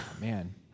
Man